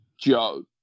Joe